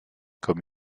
comme